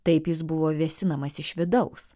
taip jis buvo vėsinamas iš vidaus